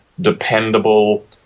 dependable